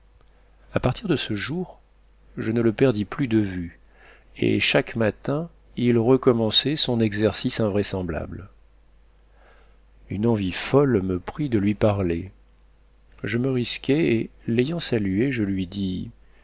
a partir de ce jour je ne le perdis plus de vue et chaque matin il recommençait son exercice invraisemblable une envie folle me prit de lui parler je me risquai et l'ayant salué je lui dis